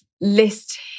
list